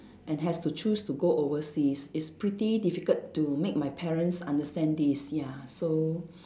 and has to choose to go overseas it's pretty difficult to make my parents understand this ya so